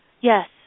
Yes